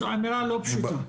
זו הנעה לא פשוטה.